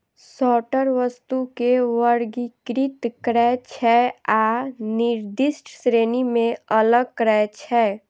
sorter वस्तु कें वर्गीकृत करै छै आ निर्दिष्ट श्रेणी मे अलग करै छै